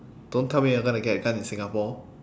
don't tell me you're gonna get a gun in singapore